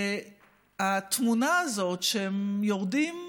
והתמונה שהם יורדים,